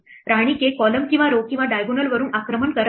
राणी k column किंवा row किंवा diagonal वरून आक्रमण करत आहे